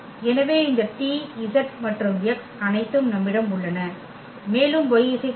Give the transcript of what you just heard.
எனவே இந்த t z மற்றும் x அனைத்தும் நம்மிடம் உள்ளன மேலும் y μ2